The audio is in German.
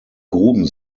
gruben